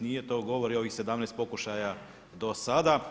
Nije, to govori ovih 17 pokušaja do sada.